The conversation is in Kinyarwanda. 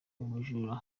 umujura